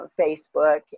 Facebook